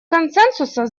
консенсуса